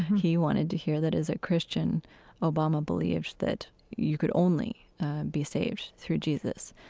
he wanted to hear that as a christian obama believed that you could only be saved through jesus.